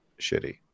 shitty